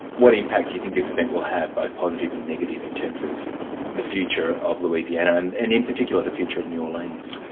what impact do you think this event will have, both positive and negative, in terms of the future of louisiana and and in particular the future of new orleans?